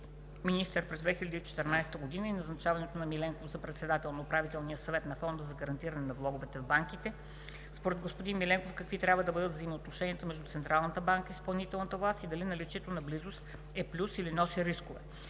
министър през 2014 г. и назначаването на господин Миленков за председател на Управителния съвет на Фонда за гарантиране на влоговете в банките? Според господин Миленков какви трябва да бъдат взаимоотношенията между Централната банка и изпълнителната власт и дали наличието на близост е плюс или носи рискове?